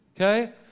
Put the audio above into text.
Okay